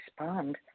respond